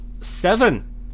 Seven